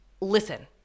Listen